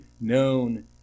known